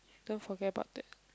don't forget about that